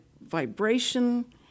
vibration